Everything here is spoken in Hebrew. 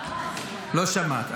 --- לא שמעת.